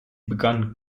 begann